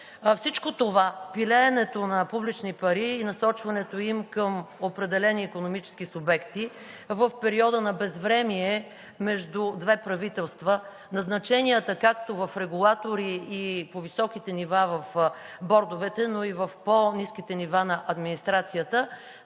Всичко това – пилеенето на публични пари и насочването им към определени икономически субекти в периода на безвремие между две правителства, назначенията както в регулатори и по високите нива в бордовете, но и в по-ниските нива на администрацията,